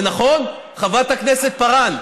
זה נכון, חברת הכנסת פארן?